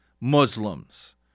Muslims